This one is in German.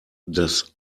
das